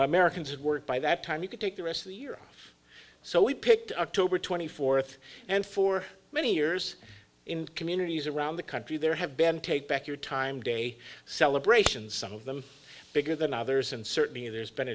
americans at work by that time you could take the rest of the year so we picked a cobra twenty fourth and for many years in communities around the country there have been take back your time day celebrations some of them bigger than others and certainly there's been